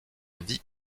vie